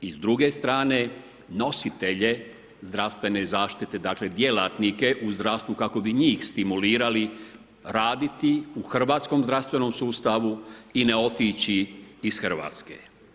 I s druge strane, nositelje zdravstvene zaštite, dakle djelatnike u zdravstvu kako bi njih stimulirali raditi u hrvatskom zdravstvenom sustavu i ne otići iz Hrvatske.